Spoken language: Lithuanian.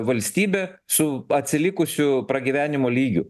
valstybė su atsilikusiu pragyvenimo lygiu